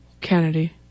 Kennedy